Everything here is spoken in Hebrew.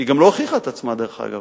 היא גם לא הוכיחה את עצמה, דרך אגב.